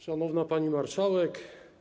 Szanowna Pani Marszałek!